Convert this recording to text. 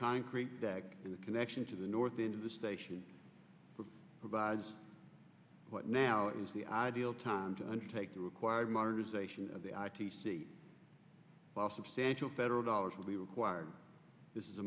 concrete and the connection to the north into the station provides what now is the ideal time to undertake the required modernization of the i t c while substantial federal dollars will be required this is a